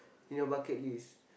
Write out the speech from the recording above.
in your bucket list